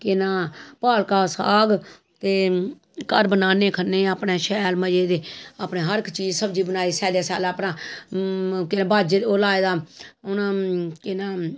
केह् नां पालका दा साग ते घर बनाने खन्ने अपने शैल मज़े दे अपने हर इक चीज सब्जी बनाई सैल्ला सैल्ला अपना केह् बाजरा ओह् लाए दा हून केह् नां